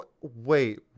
Wait